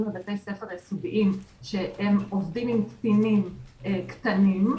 בבתי הספר היסודיים שעובדים עם קטינים קטנים,